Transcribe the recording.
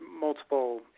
multiple